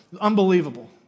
unbelievable